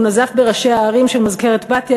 הוא נזף בראשי הערים של מזכרת-בתיה,